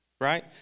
Right